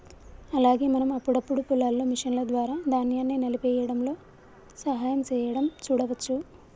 అలాగే మనం అప్పుడప్పుడు పొలాల్లో మిషన్ల ద్వారా ధాన్యాన్ని నలిపేయ్యడంలో సహాయం సేయడం సూడవచ్చు